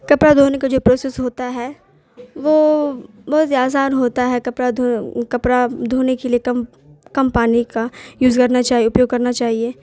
کپڑا دھونے کا جو پروسیس ہوتا ہے وہ بہت ہی آسان ہوتا ہے کپڑا کپڑا دھونے کے لیے کم کم پانی کا یوز کرنا چاہیے اپیوگ کرنا چاہیے